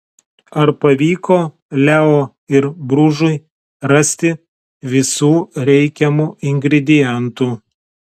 ar pavyko leo ir bružui rasti visų reikiamų ingredientų